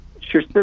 Sure